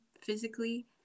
physically